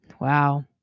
wow